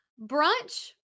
brunch